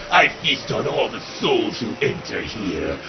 i feast on all the souls who enter here.